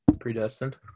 Predestined